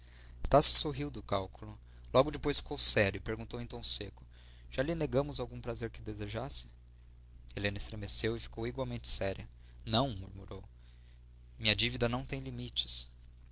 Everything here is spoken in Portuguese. decidida estácio sorriu do cálculo logo depois ficou sério e perguntou em tom seco já lhe negamos algum prazer que desejasse helena estremeceu e ficou igualmente séria não murmurou minha dívida não tem limites